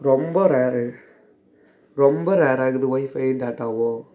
ரொம்ப ரேரு ரொம்ப ரேராக இருக்குது ஒய்ஃபையும் டேட்டாவும்